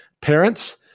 parents